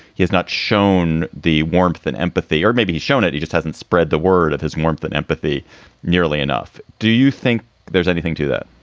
he has not shown the warmth and empathy. or maybe he's shown it. he just hasn't spread the word of his warmth and empathy nearly enough. do you think there's anything to that?